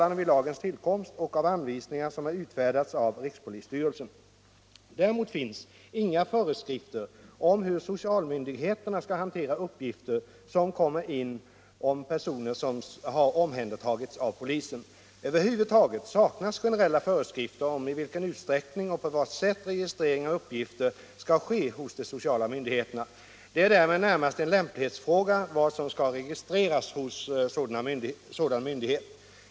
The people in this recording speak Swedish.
Däremot finns inga föreskrifter om hur socialmyndigheterna skall hantera uppgifter som kommer in om personer som har omhändertagits av polisen. Över huvud taget saknas generella föreskrifter om i vilken utsträckning och på vad sätt registrering av uppgifter skall ske hos de sociala myndigheterna. Det är därmed närmast en lämplighetsfråga vad som skall registreras hos sådan myndighet.